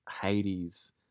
Hades